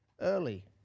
early